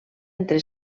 entre